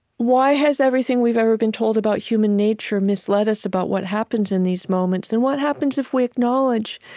why has everything we've ever been told about human nature misled us about what happens in these moments? and what happens if we acknowledge,